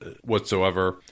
whatsoever